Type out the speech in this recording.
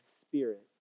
spirit